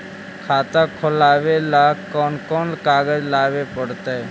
खाता खोलाबे ल कोन कोन कागज लाबे पड़तै?